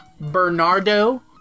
Bernardo